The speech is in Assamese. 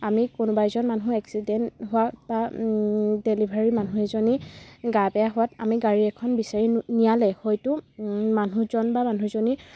আমি কোনোবা এজন মানুহ এক্সিডেণ্ট হোৱা বা ডেলিভাৰী মানুহ এজনী গা বেয়া হোৱাত আমি গাড়ী এখন বিচাৰি নিয়ালৈ হয়তো মানুহজন বা মানুহজনী